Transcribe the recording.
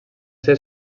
ser